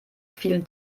vielen